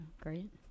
great